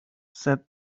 said